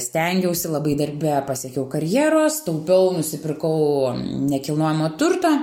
stengiausi labai darbe pasiekiau karjeros taupiau nusipirkau nekilnojamo turto